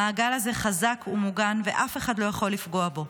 המעגל הזה חזק ומוגן, ואף אחד לא יכול לפגוע בו.